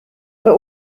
but